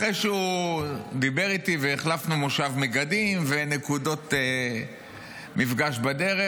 אחרי שהוא דיבר איתי והחלפנו מושב מגדים ונקודות מפגש בדרך,